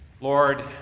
Lord